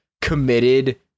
committed